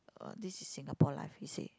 uh this is Singapore life he say